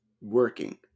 working